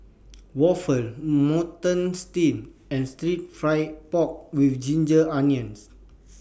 Waffle Mutton Stew and Stir Fry Pork with Ginger Onions